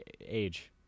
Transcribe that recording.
age